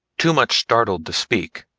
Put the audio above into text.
too much startled to speak,